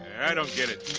i don't get it.